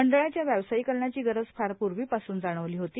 मंडळाच्या व्यावसायिकीकरणाची गरज फार पूर्वीपासून जाणवली होती